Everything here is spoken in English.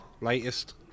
latest